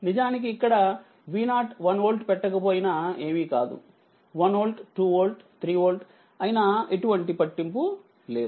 నిజానికి ఇక్కడ V01 volt పెట్టకపోయినా ఏమీ కాదు 1 వోల్ట్ 2 వోల్ట్ 3 వోల్ట్ అయినా ఎటువంటి పట్టింపు లేదు